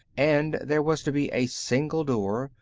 and there was to be a single door,